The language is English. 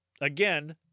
again